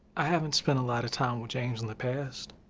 i haven't spent a lot of time with james in the past,